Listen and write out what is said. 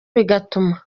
bigatuma